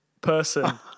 person